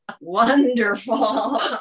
wonderful